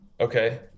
okay